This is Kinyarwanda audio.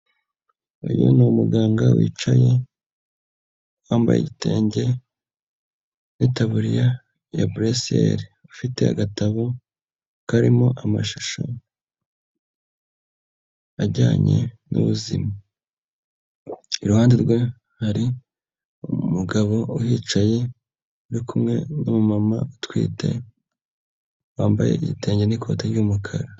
Uyu ni umuganga wicaye wambaye igitenge n'itaburiya ya buresiyeli ufite agatabo karimo amashusho ajyanye n'ubuzima. Iruhande rwe hari umugabo uhicaye uri kumwe n'umumama utwite wambaye igitenge n'ikoti ry'umukara.